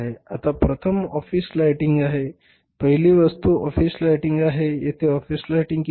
आता प्रथम office lighting आहे पहिली वस्तू ऑफिस लाइटिंग आहे येथे ऑफिस लाइटिंग किती आहे